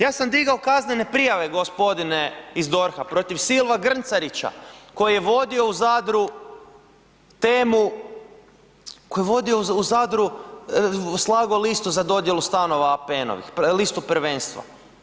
Ja sam digao kaznene prijave gospodine iz DORHA, protiv Silva Grncarića koji je vodio u Zadru temu, koji je slagao u Zadru listu za dodjelu stanova APN-ovih, listu prvenstva.